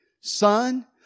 Son